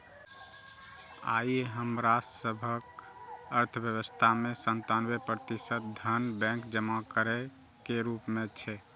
आइ हमरा सभक अर्थव्यवस्था मे सत्तानबे प्रतिशत धन बैंक जमा के रूप मे छै